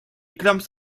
climbs